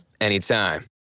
anytime